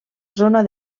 zona